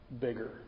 bigger